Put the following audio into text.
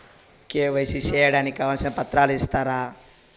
KYC సేయడానికి కావాల్సిన పత్రాలు ఇస్తారా?